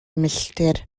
milltir